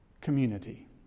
community